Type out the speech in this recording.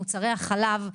מוצרי החלב.